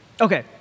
Okay